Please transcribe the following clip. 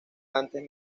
antes